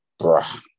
Bruh